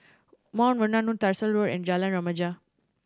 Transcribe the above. Mount Vernon Road Tyersall Road and Jalan Remaja